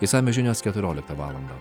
išsamios žinios keturioliktą valandą